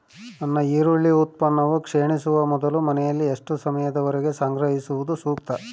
ನನ್ನ ಈರುಳ್ಳಿ ಉತ್ಪನ್ನವು ಕ್ಷೇಣಿಸುವ ಮೊದಲು ಮನೆಯಲ್ಲಿ ಎಷ್ಟು ಸಮಯದವರೆಗೆ ಸಂಗ್ರಹಿಸುವುದು ಸೂಕ್ತ?